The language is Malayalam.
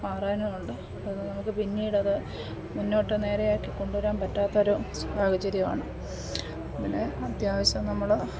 മാറാനുമുണ്ട് അത് നമുക്ക് പിന്നീടത് മുന്നോട്ട് നേരെയാക്കിക്കൊണ്ടുവരാൻ പറ്റാത്തൊരു സാഹചര്യമാണ് അങ്ങനെ അത്യാവശ്യം നമ്മൾ